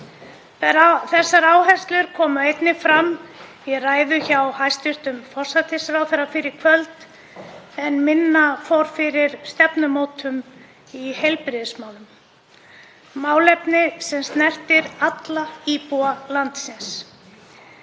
Þessar áherslur komu einnig fram í ræðu hjá hæstv. forsætisráðherra fyrr í kvöld en minna fór fyrir stefnumótun í heilbrigðismálum, málefni sem snertir alla íbúa landsins.